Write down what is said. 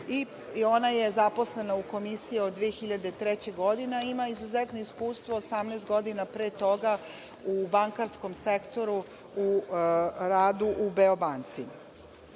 i ona za zaposlena u Komisiji od 2003. godine, a ima izuzetno iskustvo od 18 godina pre toga u bankarskom sektoru u radu u Beobanci. Gospodinu